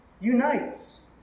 unites